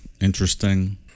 interesting